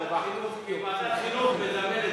בכל מקרה, האופוזיציה לא יכולה לצאת מורווחת מזה.